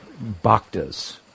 bhaktas